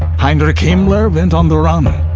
heinrich himmler went on the run,